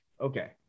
Okay